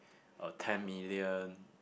a ten million